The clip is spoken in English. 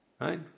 right